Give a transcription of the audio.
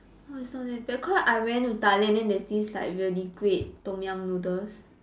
no it's not that bad cause I went to Thailand and then there's this like really great Tom-Yum noodles